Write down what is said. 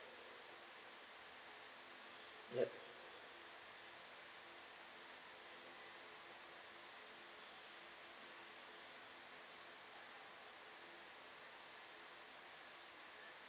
yup